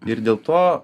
ir dėl to